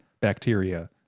bacteria